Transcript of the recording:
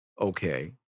okay